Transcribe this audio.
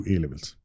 A-levels